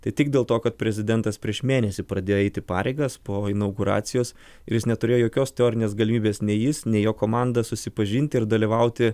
tai tik dėl to kad prezidentas prieš mėnesį pradėjo eiti pareigas po inauguracijos ir jis neturėjo jokios teorinės galimybės nei jis nei jo komanda susipažinti ir dalyvauti